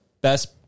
best